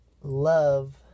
love